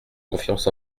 confiance